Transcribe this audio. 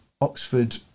Oxford